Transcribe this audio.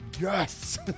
yes